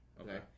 okay